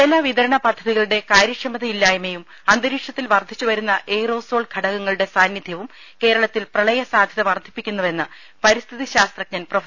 ജലവിതരണ പദ്ധതികളുടെ കാര്യക്ഷമതയില്ലായ്മയും അന്തരീക്ഷത്തിൽ വർദ്ധി ച്ചുവരുന്ന എയ്റോസോൾ ഘടകങ്ങളുടെ സാന്നിധ്യവും കേരളത്തിൽ പ്രളയ സാധ്യത വർദ്ധിപ്പിക്കുന്നുവെന്ന് പരിസ്ഥിതി ശാസ്ത്രജ്ഞൻ പ്രൊഫ